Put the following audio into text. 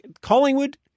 Collingwood